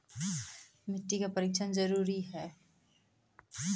मिट्टी का परिक्षण जरुरी है?